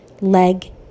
leg